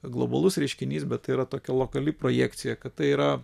globalus reiškinys bet tai yra tokia lokali projekcija kad tai yra